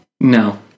No